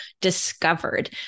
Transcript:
discovered